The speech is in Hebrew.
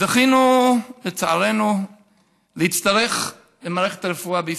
זכינו לצערנו להצטרך למערכת הרפואה בישראל.